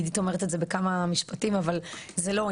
עדית אומרת את זה בכמה משפטים, אבל זה לא.